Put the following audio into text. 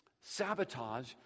sabotage